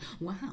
Wow